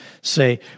say